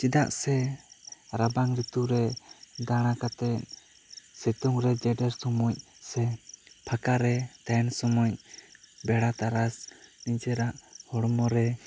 ᱪᱮᱫᱟᱜ ᱥᱮ ᱨᱟᱵᱟᱝ ᱨᱤᱛᱩ ᱨᱮ ᱫᱟᱬᱟ ᱠᱟᱛᱮᱜ ᱥᱤᱛᱩᱝ ᱨᱮ ᱡᱮᱰᱮᱨ ᱥᱚᱢᱚᱭ ᱥᱮ ᱯᱷᱟᱠᱟ ᱨᱮ ᱛᱟᱦᱮᱱ ᱥᱚᱢᱚᱭ ᱵᱮᱲᱟ ᱛᱟᱨᱟᱥ ᱱᱤᱡᱮᱨᱟᱜ ᱦᱚᱲᱢᱚ ᱨᱮ